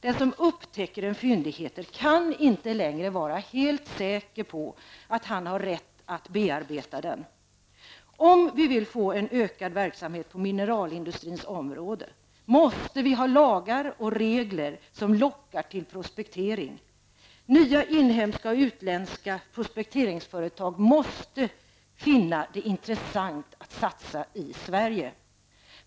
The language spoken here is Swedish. Den som upptäcker en fyndighet kan inte längre vara helt säker på att han har rätt att bearbeta den. Om vi vill få en ökad verksamhet på mineralindustrins område måste vi ha lagar och regler som lockar till prospektering. Nya inhemska och utländska prospekteringsföretag måste finna det intressant att satsa i Sverige.